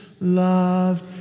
loved